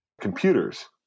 computers